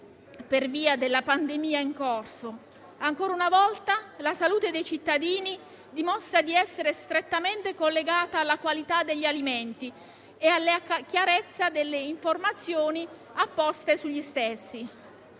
per via della pandemia in corso, ancora una volta la salute dei cittadini dimostra di essere strettamente collegata alla qualità degli alimenti e alla chiarezza delle informazioni apposte sugli stessi.